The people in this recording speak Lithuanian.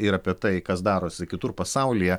ir apie tai kas darosi kitur pasaulyje